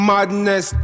Madness